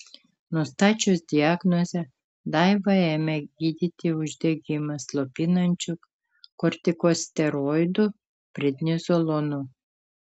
nustačius diagnozę daivą ėmė gydyti uždegimą slopinančiu kortikosteroidu prednizolonu